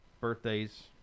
birthdays